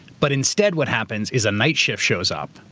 but instead what happens is a night shift shows up,